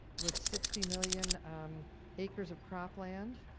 with sixty million acres of cropland.